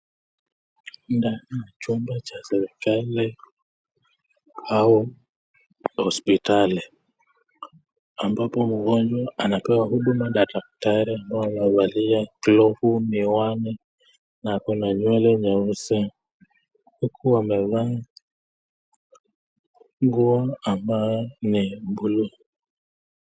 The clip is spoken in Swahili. Ndani ya chumba cha serikali au hosiptali, ambapo mgonjwa anapewa huduma na daktari ambaye amevalia glovu, miwani na ako na nywele nyeusi huku amevaa nguo ambayo ni buluu.